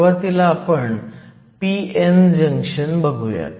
सुरुवातीला आपण p n junction बघुयात